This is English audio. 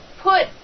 put